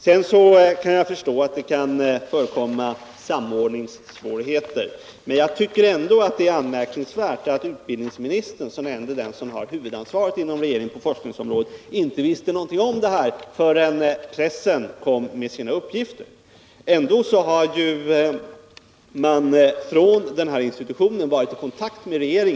Jag kan förstå att det kan förekomma samordningssvårigheter, men jag tycker att det är anmärkningsvärt att utbildningsministern, som ju ändå är den inom regeringen som har huvudansvaret för forskningen, inte visste någonting om den här saken förrän pressen kom med dessa uppgifter. Representanter för den här institutionen har varit i kontakt med regeringen.